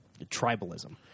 tribalism